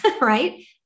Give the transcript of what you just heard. right